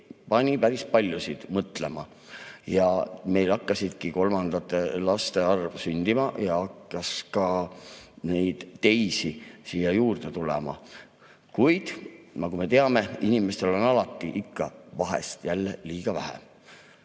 pani päris paljusid mõtlema. Ja meil hakkaski kolmandate laste arv kasvama, ja hakkas ka teisi lapsi juurde tulema. Kuid nagu me teame, inimestel on alati, ikka ja jälle liiga vähe.